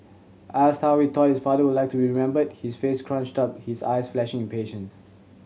asked how we thought his father would like to be remembered his face scrunched up his eyes flashing impatience